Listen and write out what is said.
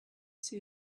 see